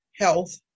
health